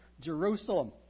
Jerusalem